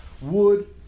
wood